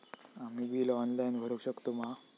आम्ही bill online भरुक शकतू मा?